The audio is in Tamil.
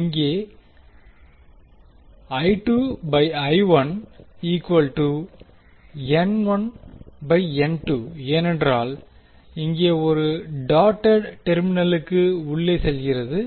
இங்கே Here ஏனென்றால் இங்கே ஒன்று டாட்டெட் டெர்மினலுக்கு உள்ளே செல்கிறது